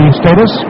status